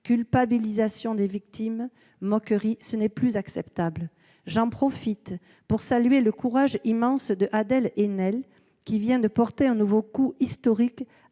culpabilisation des victimes, moqueries. Ce n'est plus acceptable. J'en profite pour saluer l'immense courage d'Adèle Haenel, qui vient de porter un nouveau coup historique